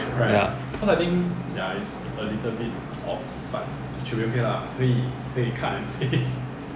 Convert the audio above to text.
so I think the sample is for them to evaluate the normality of the speakers lah